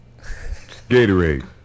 Gatorade